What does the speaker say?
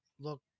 look